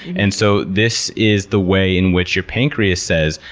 and so this is the way in which your pancreas says,